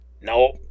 nope